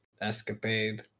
escapade